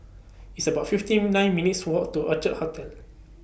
It's about fifteen nine minutes' Walk to Orchid Hotel